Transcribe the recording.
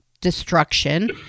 destruction